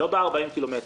לא ב-40 קילומטר.